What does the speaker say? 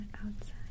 outside